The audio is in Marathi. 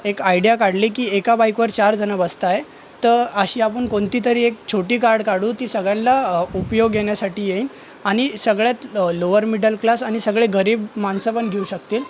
एक आयडिया काढली की एका बाइकवर चार जणं बसत आहे तर अशी आपण कोणती तरी एक छोटी काड काढू ती सगळ्यांना उपयोग येण्यासाठी येईन आणि सगळ्यात लोवर मिडल क्लास आणि सगळे गरीब माणसं पण घेऊ शकतील